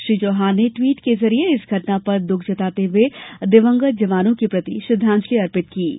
श्री चौहान ने ट्वीट के जरिए इस घटना पर दुख जताते हुए दिवंगत जवानों के प्रति श्रद्धांजलि अर्पित की है